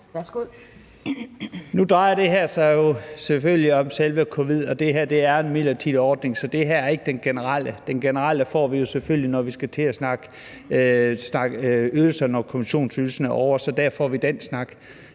Nu drejer det her sig jo selvfølgelig om selve covid-19, og det her er en midlertidig ordning, så det her er ikke den generelle. Den generelle får vi selvfølgelig, når vi skal til at snakke ydelser, når Ydelseskommissionen er færdig med sit